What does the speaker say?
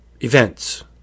events